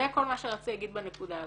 זה כל מה שרציתי להגיד בנקודה הזאת.